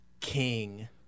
king